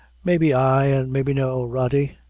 maybe ay, and maybe no, rody.